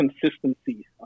consistency